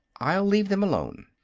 i'll leave them alone.